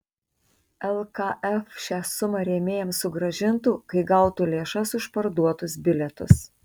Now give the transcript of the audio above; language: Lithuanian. lkf šią sumą rėmėjams sugrąžintų kai gautų lėšas už parduotus bilietus